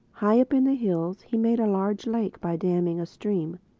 high up in the hills he made a large lake by damming a stream.